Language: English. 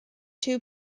two